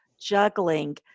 juggling